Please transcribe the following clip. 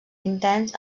intens